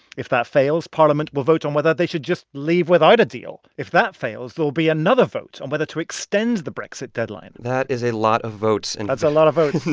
if that fails, parliament will vote on whether they should just leave without a deal. if that fails, there'll be another vote on whether to extend the brexit deadline that is a lot of votes in. that's a lot of votes.